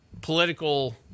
political